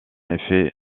effet